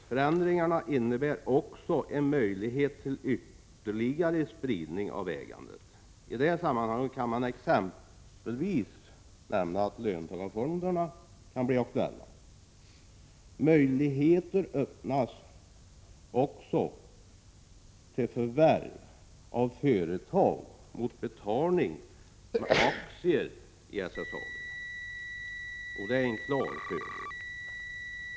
Förändringarna innebär också en möjlighet till ytterligare spridning av ägandet. I det sammanhanget kan exempelvis nämnas att löntagarfonderna kan bli aktuella. Det kan också bli möjligt att förvärva företag mot betalning med aktier i SSAB, och det är en klar fördel.